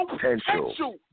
potential